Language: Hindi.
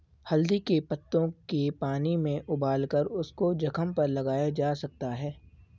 हल्दी के पत्तों के पानी में उबालकर उसको जख्म पर लगाया जा सकता है